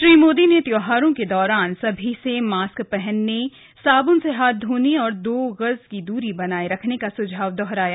श्री मोदी ने त्यौहारों के दौरान सभी से मास्क पहनने साबुन से हाथ धोने और दोगज की दूरी बनाये रखने का सुझाव दोहराया